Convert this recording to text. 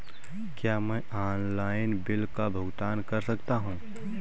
क्या मैं online bill का भुगतान कर सकता हूँ?